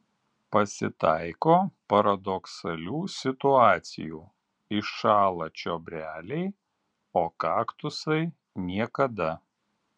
pasitaiko paradoksalių situacijų iššąla čiobreliai o kaktusai niekada